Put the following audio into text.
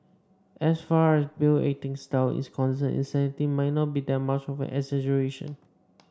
as far as Bale acting style is concerned insanity might not be that much of an exaggeration